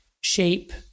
shape